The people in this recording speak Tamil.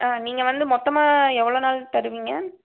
ஆ நீங்கள் வந்து மொத்தமாக எவ்வளோ நாள் தருவீங்க